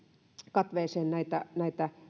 katveeseen